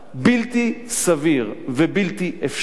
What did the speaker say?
בלתי סביר ובלתי אפשרי,